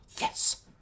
yes